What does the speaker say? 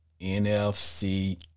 NFC